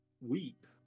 weep